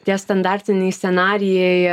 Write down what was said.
tie standartiniai scenarijai